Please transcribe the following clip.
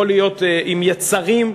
יכול להיות עם יצרים,